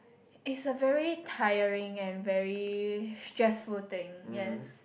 it's a very tiring and very stressful thing yes